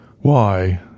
Why